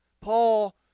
Paul